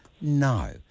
No